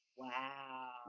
Wow